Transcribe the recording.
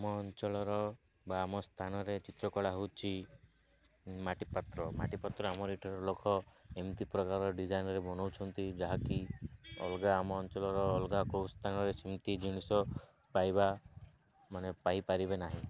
ଆମ ଅଞ୍ଚଳର ବା ଆମ ସ୍ଥାନରେ ଚିତ୍ରକଳା ହେଉଛି ମାଟିପାତ୍ର ମାଟିପାତ୍ର ଆମର ଏଠାରେ ଲୋକ ଏମିତି ପ୍ରକାର ଡ଼ିଜାଇନ୍ରେ ବନଉଛନ୍ତି ଯାହାକି ଅଲଗା ଆମ ଅଞ୍ଚଳର ଅଲଗା କୋଉ ସ୍ଥାନରେ ସେମିତି ଜିନିଷ ପାଇବା ମାନେ ପାଇପାରିବେ ନାହିଁ